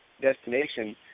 destination